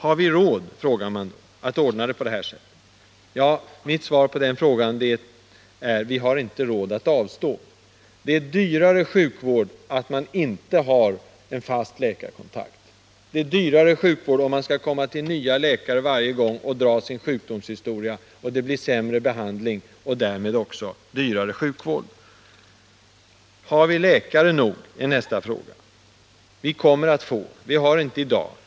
Har vi råd, frågar man, att ordna det på detta sätt? Mitt svar är: Vi har inte råd att avstå från det. Det blir dyrare sjukvård när man inte har en fast läkarkontakt. Det blir dyrare sjukvård om man skall komma till en ny läkare varje gång och dra sin sjukdomshistoria, och behandlingen blir sämre. Har vi tillräckligt med läkare? är nästa fråga. Vi har det inte i dag, men vi kommer att få det.